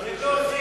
צריך להוסיף.